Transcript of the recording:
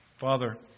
Father